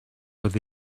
with